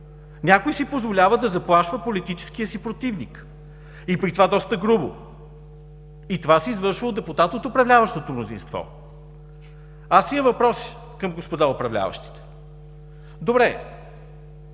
някой си позволява да заплашва политическия си противник и при това доста грубо. И това се извършва от депутат от управляващото мнозинство. Аз имам въпрос към господа управляващите: добре,